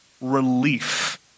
relief